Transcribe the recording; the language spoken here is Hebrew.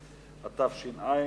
(דחיית המועד לחובת הנגישות), התש"ע 2010,